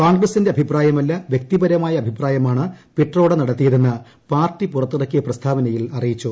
കോൺഗ്രസിന്റെ അഭിപ്രായമല്ല വൃക്തിപരമായ അഭിപ്രായമാണ് പിട്രോഡ നടത്തിയതെന്ന് പാർട്ടി പുറത്തിറക്കിയ പ്രസ്താവനയിൽ അറിയിച്ചു